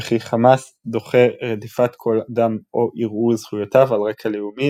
וכי "חמאס דוחה רדיפת כל אדם או ערעור זכויותיו על רקע לאומי,